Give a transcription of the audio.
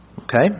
Okay